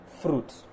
fruit